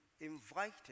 invited